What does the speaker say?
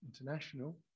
international